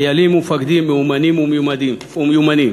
חיילים ומפקדים מאומנים ומיומנים,